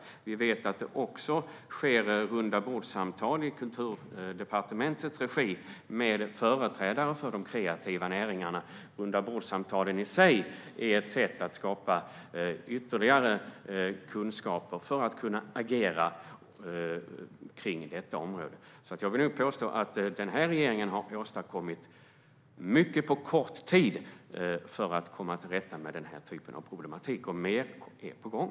Vi vet att det också sker rundabordssamtal i Kulturdepartementets regi med företrädare för de kreativa näringarna. Rundabordssamtalen i sig är ett sätt att skapa ytterligare kunskaper för att kunna agera på detta område. Jag vill påstå att den här regeringen har åstadkommit mycket på kort tid för att komma till rätta med denna problematik, och mer är på gång.